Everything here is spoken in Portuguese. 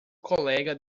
colega